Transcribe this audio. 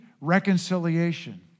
reconciliation